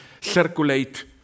circulate